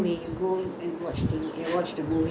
I don't know is up or down I don't know lah